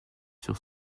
sur